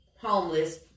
homeless